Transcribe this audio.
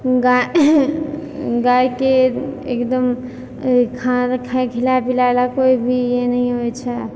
गाइ गाइके एकदम खाना खिलाइ पिलाइलए कोइ भी ई नहि होइ छै